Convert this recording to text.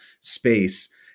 space